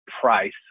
price